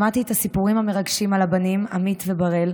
שמעתי את הסיפורים המרגשים על הבנים, עמית ובראל,